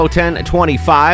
1025